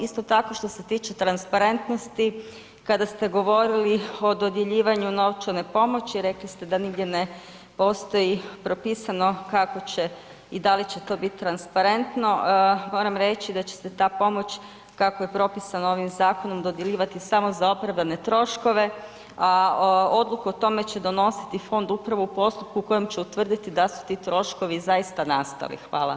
Isto tako što se tiče transparentnosti kada ste govorili o dodjeljivanju novčane pomoći, rekli ste da nigdje ne postoji propisano kako će i da li će to bit transparentno, moram reći da će se ta pomoć, kako je propisano ovim zakonom, dodjeljivati samo za opravdane troškove, a odluku o tome će donositi fond upravo u postupku u kojem će utvrditi da su ti troškovi zaista nastali.